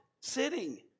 sitting